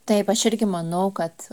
taip aš irgi manau kad